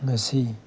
ꯉꯁꯤ